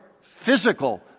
physical